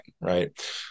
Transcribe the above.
right